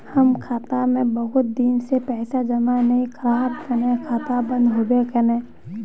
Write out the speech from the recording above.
हम खाता में बहुत दिन से पैसा जमा नय कहार तने खाता बंद होबे केने?